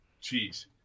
cheese